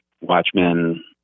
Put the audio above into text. Watchmen